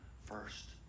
first